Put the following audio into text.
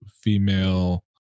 female